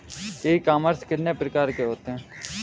ई commerce कितने प्रकार के होते हैं?